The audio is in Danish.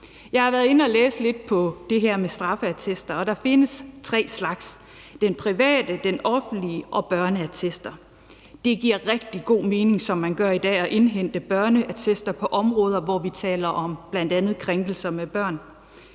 Jeg har været inde at læse lidt på det her med straffeattester, og der findes tre slags: de private, de offentlige og børneattester. Det giver rigtig god mening at gøre, som man gør i dag, altså indhente børneattester på områder, hvor vi taler om bl.a. krænkelser af børn,